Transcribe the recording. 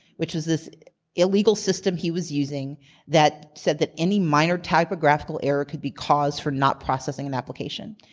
which was this illegal system he was using that said that any minor typographical error could be cause for not processing an application.